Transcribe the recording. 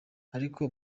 ariko